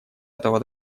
этого